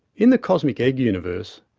in the cosmic egg universe,